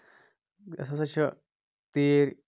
أسۍ ہسا چھِ تیٖر